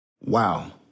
Wow